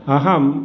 अहं